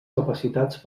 capacitats